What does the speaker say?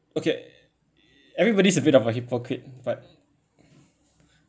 okay everybody's a bit of a hypocrite but